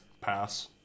pass